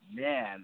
Man